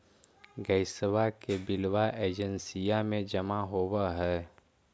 गैसवा के बिलवा एजेंसिया मे जमा होव है?